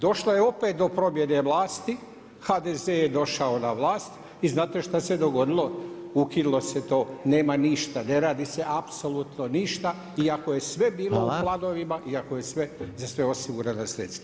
Došlo je opet do promjene vlasti, HDZ je došao na vlast i znate šta se dogodilo, ukinulo se to nema ništa, ne radi se apsolutno ništa, iako je sve bilo u planovima iako je za sve osigurana sredstva.